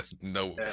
no